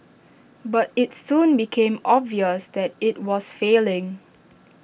but IT soon became obvious that IT was failing